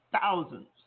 thousands